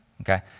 Okay